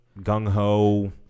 gung-ho